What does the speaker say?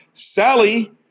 Sally